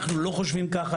אנחנו לא חושבים ככה.